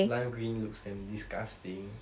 lime green looks damn disgusting